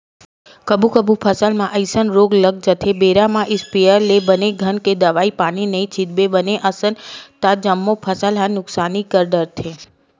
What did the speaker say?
कभू कभू फसल म अइसन रोग लग जाथे बेरा म इस्पेयर ले बने घन के दवई पानी नइ छितबे बने असन ता जम्मो फसल ल नुकसानी कर डरथे